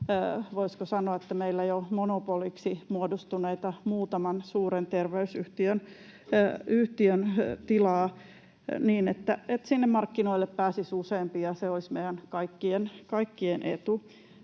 voisiko sanoa, meillä jo monopoliksi muodostuneiden muutaman suuren terveysyhtiön tilaa niin, että sinne markkinoille pääsisi useampi. Se olisi meidän kaikkien etu.